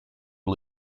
who